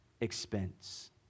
expense